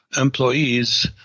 employees